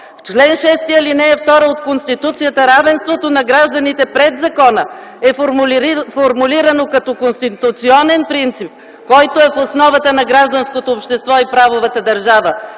Член 6, ал. 2 от Конституцията – равенството на гражданите пред закона е формулирано като конституционен принцип, който е в основата на гражданското общество и правовата държава.